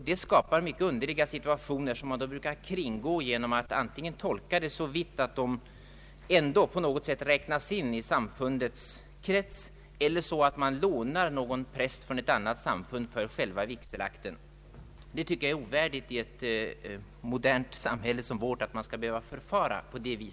Detta skapar mycket underliga situationer, som man brukar kringgå genom att antingen tolka bestämmelserna så att vederbörande ändå på något sätt räknas in i samfundets krets eller genom att ”låna” någon präst från annat samfund för att förrätta vigselakten. Jag tycker det är ovärdigt att man i ett modernt samhälle som vårt skall behöva förfara på det sättet.